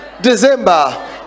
December